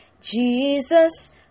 Jesus